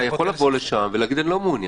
אתה יכול לבוא לשם ולהגיד: אני לא מעוניין,